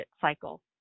cycle